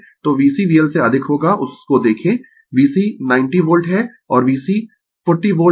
तो VC VL से अधिक होगा उस को देखें VC 90 वोल्ट है और VC 40 वोल्ट है